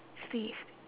sleeved